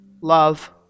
love